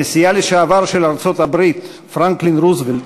נשיאה לשעבר של ארצות-הברית פרנקלין רוזוולט